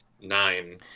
Nine